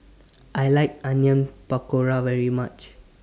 I like Onion Pakora very much